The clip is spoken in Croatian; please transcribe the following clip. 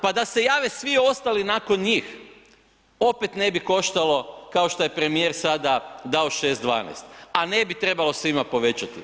Pa da se jave svi ostali nakon njih opet ne bi koštalo kao što je premijer sada dao 6,12 a ne bi trebao svima povećati.